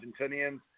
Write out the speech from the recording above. Argentinians